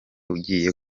ugiye